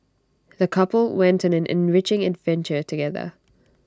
the couple went on an enriching adventure together